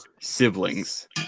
Siblings